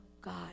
God